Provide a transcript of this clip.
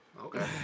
Okay